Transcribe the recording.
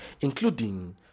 including